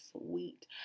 sweet